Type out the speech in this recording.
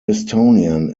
estonian